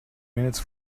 minutes